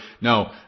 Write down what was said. No